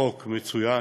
חוק מצוין,